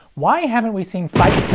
why haven't we seen fiber.